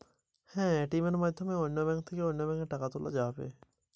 ATM কার্ডের মাধ্যমে অন্য ব্যাঙ্কের এ.টি.এম থেকে টাকা তোলা যাবে কি?